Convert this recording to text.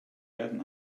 rêden